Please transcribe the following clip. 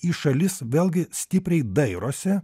į šalis vėlgi stipriai dairosi